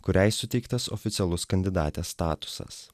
kuriai suteiktas oficialus kandidatės statusas